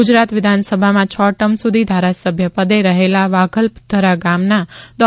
ગુજરાત વિધાનસભામાં છ ટર્મ સુધી ધારાસભ્ય પદે રહેલા વાઘલધરા ગામના દોલતકાકાના તા